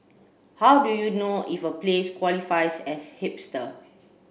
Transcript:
how do you know if a place qualifies as hipster